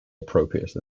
appropriate